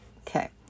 okay